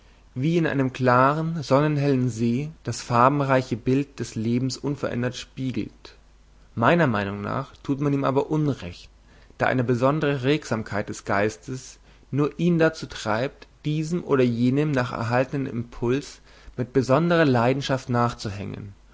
wie in einem klaren sonnenhellen see das farbenreiche bild des lebens unverändert spiegelt meiner meinung nach tut man ihm aber unrecht da eine besondere regsamkeit des geistes nur ihn dazu treibt diesem oder jenem nach erhaltenem impuls mit besonderer leidenschaft nachzuhängen